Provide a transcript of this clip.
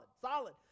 solid